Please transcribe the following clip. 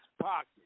pocket